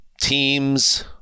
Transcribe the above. teams